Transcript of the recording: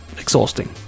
exhausting